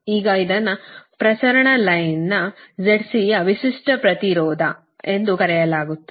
ಈಗ ಇದನ್ನು ಪ್ರಸರಣ ರೇಖೆಯ ZC ಯ ವಿಶಿಷ್ಟ ಪ್ರತಿರೋಧ ಎಂದು ಕರೆಯಲಾಗುತ್ತದೆ